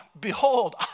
Behold